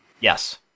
Yes